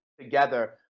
together